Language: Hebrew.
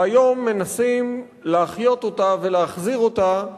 והיום מנסים להחיות אותה ולהחזיר אותה מחדש.